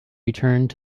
returned